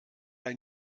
ein